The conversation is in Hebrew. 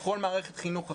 בכל מערכת חינוך אחרת.